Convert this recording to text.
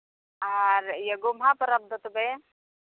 ᱟᱨ ᱜᱚᱢᱦᱟ ᱯᱚᱨᱚᱵᱽ ᱫᱚ ᱛᱚᱵᱮ